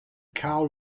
carl